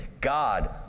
God